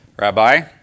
Rabbi